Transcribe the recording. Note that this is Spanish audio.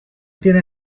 tiene